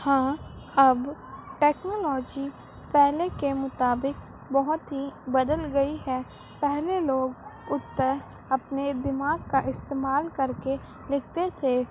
ہاں اب ٹیکنالوجی پہلے کے مطابق بہت ہی بدل گئی ہے پہلے لوگ اتر اپنے دماغ کا استعمال کر کے لکھتے تھے